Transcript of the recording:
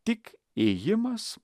tik ėjimas